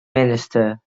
minister